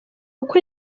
uko